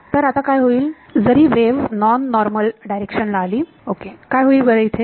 तर आता काय होईल जरी वेव्ह नॉन नॉर्मल डायरेक्शन ला आली काय होईल बरे